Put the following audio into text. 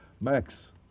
Max